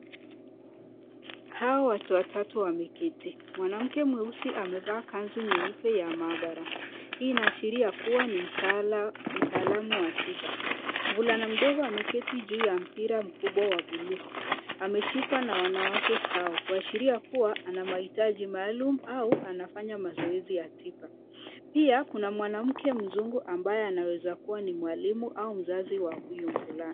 Hawa watu watatu wameketi. Mwanamke mweusi amevaa kanzu nyeupe ya maabara hii inaashiria kuwa ni mtaalamu wa tiba. Mvulana mdogo ameketi juu ya mpira mkubwa wa bluu ameshikwa na wanawake hao kuashiria kuwa ana mahitaji maalum au anafanya mazoezi ya tiba, pia kuna mwanamke mzungu ambaye anaweza kuwa ni mwalimu au mzazi wa huyu mvulana.